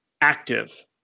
active